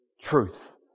Truth